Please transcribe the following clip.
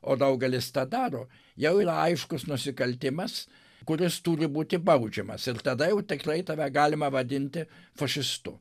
o daugelis tą daro jau yra aiškus nusikaltimas kuris turi būti baudžiamas ir tada jau tikrai tave galima vadinti fašistu